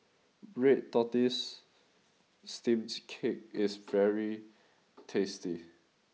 Red Tortoise Steamed Cake is very tasty